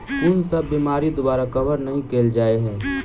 कुन सब बीमारि द्वारा कवर नहि केल जाय है?